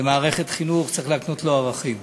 למערכת חינוך, צריך להקנות לו ערכים.